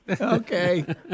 okay